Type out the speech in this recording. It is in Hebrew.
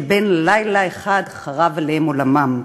שבן-לילה אחד חרב עליהם עולמם.